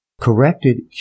Corrected